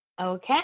Okay